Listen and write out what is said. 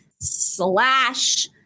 slash